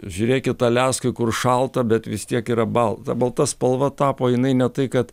žiūrėkit aliaskoj kur šalta bet vis tiek yra balta balta spalva tapo jinai ne tai kad